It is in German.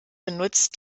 benutzt